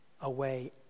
away